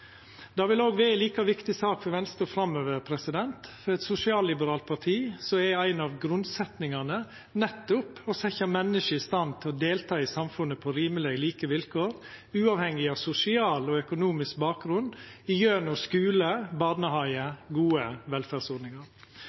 Dette vil òg vera ei like viktig sak for Venstre framover. For eit sosialliberalt parti er ei av grunnsetningane nettopp å setja menneske i stand til å delta i samfunnet på rimelege, like vilkår, uavhengig av sosial og økonomisk bakgrunn, gjennom skule, barnehage og gode velferdsordningar.